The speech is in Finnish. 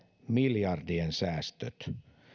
miljardien säästöt